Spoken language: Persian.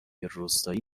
روستایی